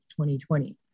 2020